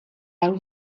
are